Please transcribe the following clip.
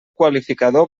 qualificador